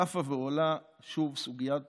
צפה ועולה שוב סוגיית